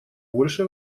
больше